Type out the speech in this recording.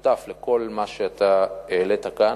לכל מה שהעלית כאן.